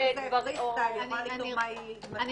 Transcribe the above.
זה פריסטייל, היא יכולה לכתוב מה שהיא רוצה.